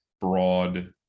broad